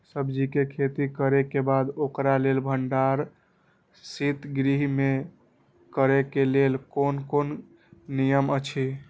सब्जीके खेती करे के बाद ओकरा लेल भण्डार शित गृह में करे के लेल कोन कोन नियम अछि?